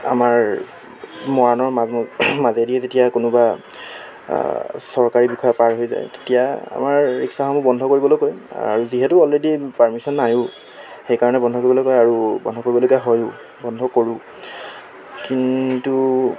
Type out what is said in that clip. আমাৰ মৰাণৰ মাজেদিয়ে যেতিয়া কোনোবা চৰকাৰী বিষয়া পাৰ হৈ যায় তেতিয়া আমাৰ ৰিক্সাসমূহ বন্ধ কৰিবলৈ কয় আৰু যিহেতু অলৰেডি পাৰ্মিশ্যন নায়ো সেইকাৰণে বন্ধ কৰিবলৈ কয় আৰু বন্ধ কৰিবলগীয়া হয়ো বন্ধ কৰোঁ কিন্তু